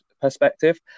perspective